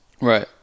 Right